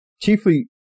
Chiefly